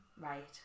Right